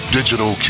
Digital